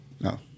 no